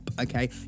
okay